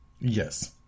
yes